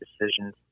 decisions